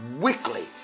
weekly